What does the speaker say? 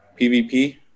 PvP